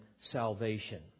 salvation